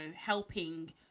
helping